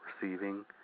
receiving